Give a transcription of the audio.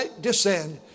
descend